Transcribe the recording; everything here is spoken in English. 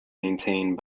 maintained